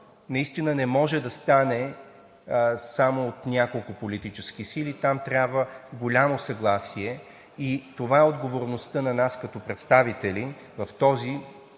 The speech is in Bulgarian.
наистина не може да стане само от няколко политически сили. Там трябва голямо съгласие и това е отговорността на нас като представители в този,